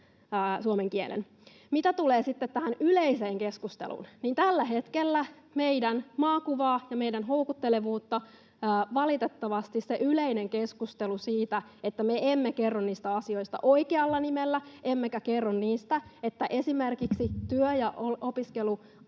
suomen kielen. Mitä tulee sitten tähän yleiseen keskusteluun, niin tällä hetkellä meidän maakuvaa ja meidän houkuttelevuutta valitettavasti hallitsee se yleinen keskustelu siitä, että me emme kerro niistä asioista oikealla nimellä emmekä kerro, että esimerkiksi työ- ja